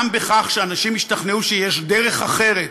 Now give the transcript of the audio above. גם בכך שאנשים ישתכנעו שיש דרך אחרת,